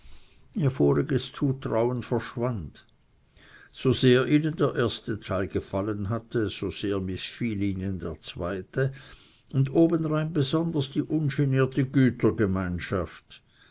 ihr voriges zutrauen verschwand so sehr ihnen der erste teil gefallen hätte so sehr mißfiel ihnen der zweite und obendrein besonders die ungenierte gütergemeinschaft